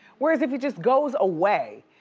whereas if he just goes away,